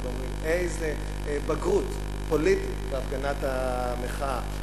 ואומרים: איזה בגרות פוליטית בהפגנת המחאה,